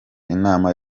inama